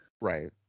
Right